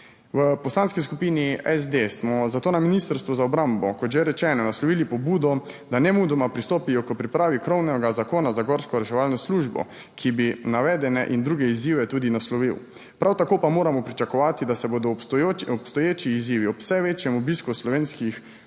V Poslanski skupini SD smo zato na Ministrstvo za obrambo, kot že rečeno, naslovili pobudo da nemudoma pristopijo k pripravi krovnega zakona za gorsko reševalno službo, ki bi navedene in druge izzive tudi naslovil. Prav tako pa moramo pričakovati, da se bodo obstoječi izzivi ob vse večjem obisku slovenskih